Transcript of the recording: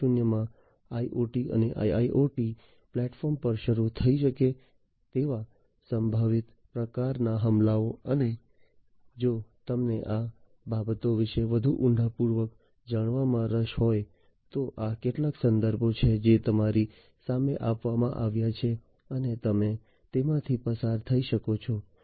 0 માં આ IoT અને IIoT પ્લેટફોર્મ્સ પર શરૂ થઈ શકે તેવા સંભવિત પ્રકારના હુમલાઓ અને જો તમને આ બાબતો વિશે વધુ ઊંડાણપૂર્વક જાણવામાં રસ હોય તો આ કેટલાક સંદર્ભો છે જે તમારી સામે આપવામાં આવ્યા છે અને તમે તેમાંથી પસાર થઈ શકો છો